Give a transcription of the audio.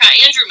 Andrew